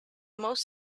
most